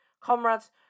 Comrades